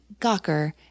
Gawker